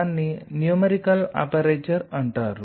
దాన్ని numerical aperture అంటారు